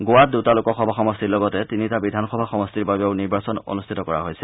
গোৱাত দুটা লোকসভা সমষ্টিৰ লগতে তিনিটা বিধানসভা সমষ্টিৰ বাবেও নিৰ্বাচন অনুষ্ঠিত কৰা হৈছে